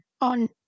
on